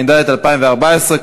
התשע"ד 2014,